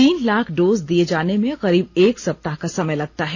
तीन लाख डोज दिए जाने में करीब एक सप्ताह का समय लगता है